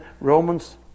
Romans